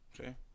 Okay